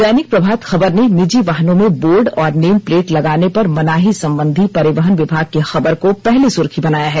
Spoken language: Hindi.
दैनिक प्रभात खबर ने निजी वाहनों में बोर्ड और नेम प्लेट लगाने पर मनाही संबंधी परिवहन विभाग की खबर को पहली सुर्खी बनाया है